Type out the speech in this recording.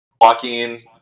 walking